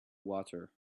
water